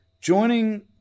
joining